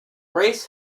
race